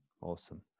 awesome